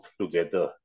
together